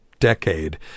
decade